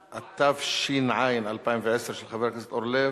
התש"ע 2010, של חבר הכנסת אורלב,